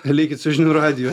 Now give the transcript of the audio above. likit su žinių radiju